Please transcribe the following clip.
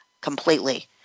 completely